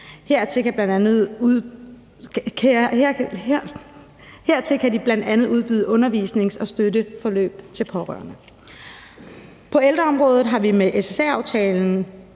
Hertil kan de bl.a. udbyde undervisnings- og støtteforløb til pårørende. På ældreområdet har vi med SSA-aftalen